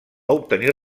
obtenir